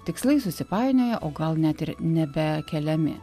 tikslai susipainioja o gal net ir nebe keliami